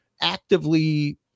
actively